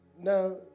Now